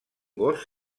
gos